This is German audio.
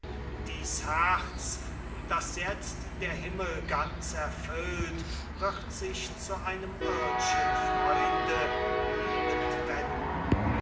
dies herz das jetzt der himmel ganz erfüllt wird sich zu einem irdschen freunde liebend wenden